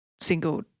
single